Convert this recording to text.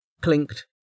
clinked